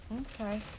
okay